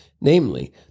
namely